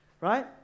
right